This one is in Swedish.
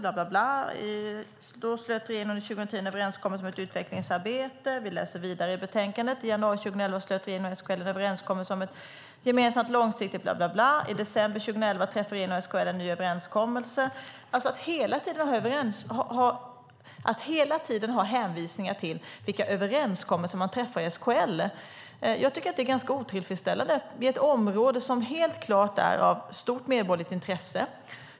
Vi läser vidare om att regeringen under 2010 slöt en överenskommelse om ett utvecklingsarbete och att regeringen och SKL i januari 2011 slöt en överenskommelse om ett gemensamt långsiktigt . och så vidare. Och i december 2011, står det, träffade regeringen och SKL en ny överenskommelse. Att hela tiden ha hänvisningar till vilka överenskommelser man träffar med SKL tycker jag är ganska otillfredsställande när det gäller ett område som helt klart är av stort medborgerligt intresse.